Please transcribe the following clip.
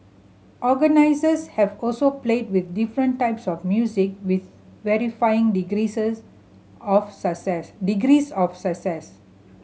organisers have also played with different types of music with varying of success degrees of success